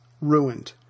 ruined